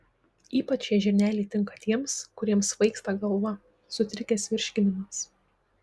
ypač šie žirneliai tinka tiems kuriems svaigsta galva sutrikęs virškinimas